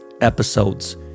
episodes